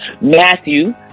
Matthew